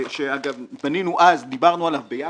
אגב, כשפנינו אז, דיברנו עליו ביחד,